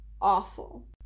awful